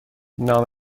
نام